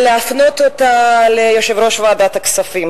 ולהפנות אותה ליושב-ראש ועדת הכספים,